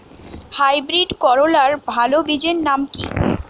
Hybrid করলার ভালো বীজের নাম কি?